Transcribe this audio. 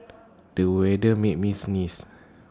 the weather made me sneeze